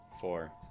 Four